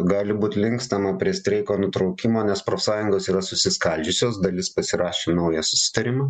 gali būt linkstama prie streiko nutraukimo nes profsąjungos yra susiskaldžiusios dalis pasirašė naują susitarimą